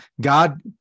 God